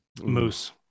Moose